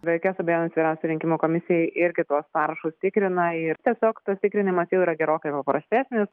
be jokios abejonės vyriausioji rinkimų komisija irgi tuos parašus tikrina ir tiesiog tas tikrinimas jau yra gerokai paprastesnis